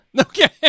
Okay